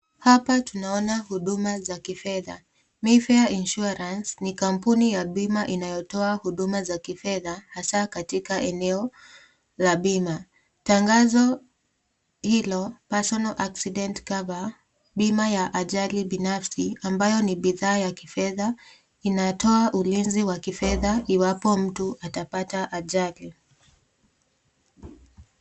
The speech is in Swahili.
Hapa tunaona huduma za kifedha. Mayfair Insuarance ni kampuni ya bima inayotoa huduma za kifedha hasaa katika eneo la bima. Tangazo hilo personal accident cover bima ya ajali binafsi ambayo ni bidhaa ya kifedha inatoa ulinzi wa kifedha iwapo mtu atapata ajali.